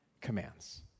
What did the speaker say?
commands